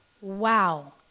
Wow